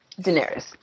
Daenerys